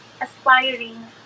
aspiring